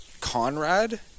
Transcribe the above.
Conrad